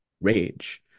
rage